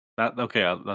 Okay